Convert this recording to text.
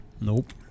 Nope